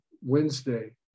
Wednesday